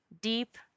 deep